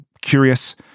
curious